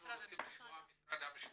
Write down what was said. אנחנו רוצים לשמוע ממשרד המשפטים,